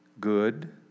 good